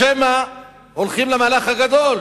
או שמא הולכים למהלך הגדול